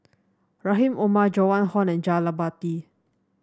Rahim Omar Joan Hon and Jah Lelawati